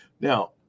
Now